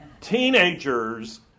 Teenagers